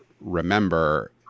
remember